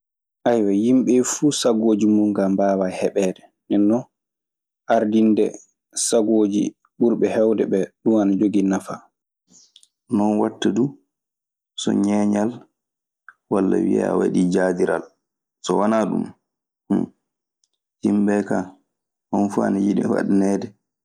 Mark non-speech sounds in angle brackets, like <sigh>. <hesitation> Yimɓe fuu kaa sagooji mun kaa mbaawaa heɓeede. Ndeen non ardinde saŋooji ɓurɓe heewde ɓee, ɗun ana jogii nafaa. Non waɗta duu so ñeeñal walla wiyee a waɗii jaadiral. So wanaa ɗun, hmm, yimɓe ɓee kaa, homo fuu ana yiɗi waɗaneede.